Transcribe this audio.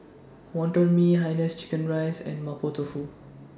Wonton Mee Hainanese Chicken Rice and Mapo Tofu